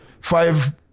five